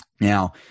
Now